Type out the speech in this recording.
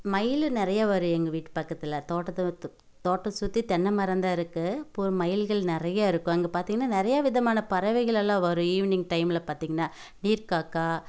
மயில் நிறைய வரும் எங்கள் வீட்டு பக்கத்தில் தோட்டத்து வத்து தோட்டம் சுற்றி தென்னை மரந்தான் இருக்குது இப்போது ஒரு மயில்கள் நிறையா இருக்கும் அங்கே பார்த்தீங்கன்னா நிறைய விதமான பறவைகள் எல்லாம் வரும் ஈவினிங் டைமில் பார்த்தீங்கனா நீர் காக்காய்